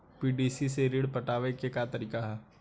PDC से ऋण पटावे के का तरीका ह?